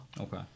Okay